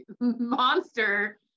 monster